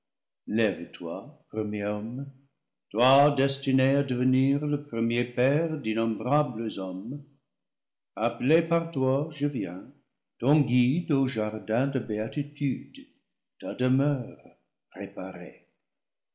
lève-toi premier homme toi destiné à devenir le premier père d'innombrables hommes appelé par toi je viens ton guide au jardin de béa titude ta demeure préparée